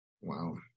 Wow